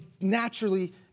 naturally